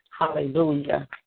Hallelujah